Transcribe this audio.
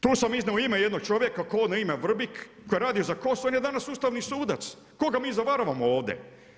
Tu sam iznio ime jednog čovjeka, kodno ime Vrbik, koji radi za KOS, on je danas ustavni sudac, koga mi zavaravamo ovdje?